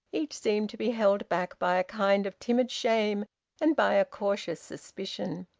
each seemed to be held back by a kind of timid shame and by a cautious suspicion.